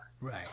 Right